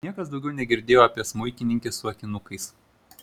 niekas daugiau negirdėjo apie smuikininkę su akinukais